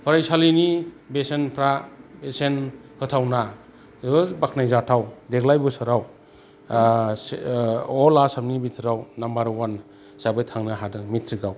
फरायसालिनि बेसेनफोरा बेसेन होथावना जोबोर बाख्नायजाथाव देग्लाय बोसोराव अल आसामनि भिथोराव नाम्बार वानआवबो थांनो हादों मेट्रिकआव